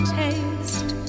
taste